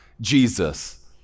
Jesus